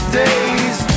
days